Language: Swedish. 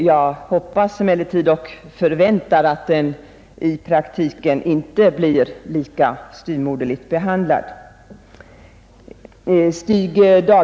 Jag hoppas och förväntar att den inte blir lika styvmoderligt behandlad i praktiken.